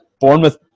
Bournemouth